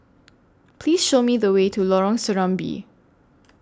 Please Show Me The Way to Lorong Serambi